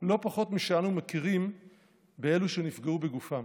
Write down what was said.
לא פחות משאנו מכירים באלו שנפגעו בגופם?